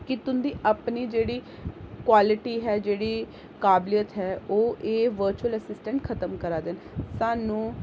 कि तुंदी अपनी जेह्ड़ी क्वालिटी ऐ जेह्ड़ी काबलियत ऐ ओह् ऐ बर्चुअल एससिटैंट खत्म करा दे न स्हानू